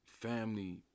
family